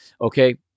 Okay